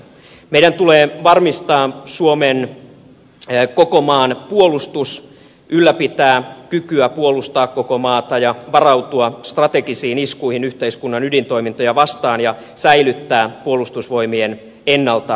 meidän tulee varmistaa koko suomen puolustus ylläpitää kykyä puolustaa koko maata ja varautua strategisiin iskuihin yhteiskunnan ydintoimintoja vastaan ja säilyttää puolustusvoimien ennaltaehkäisykyky